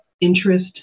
interest